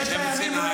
ששת הימים, מלחמת יום